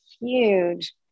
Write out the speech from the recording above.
huge